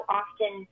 often